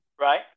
Right